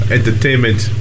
Entertainment